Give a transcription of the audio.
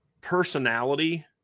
personality